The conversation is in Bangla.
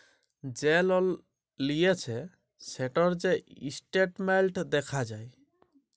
যে লল লিঁয়েছে সেটর যে ইসট্যাটমেল্ট দ্যাখা যায়